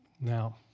Now